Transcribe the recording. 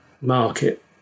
market